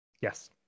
Yes